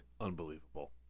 Unbelievable